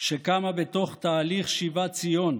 שקמה בתוך תהליך שיבת ציון,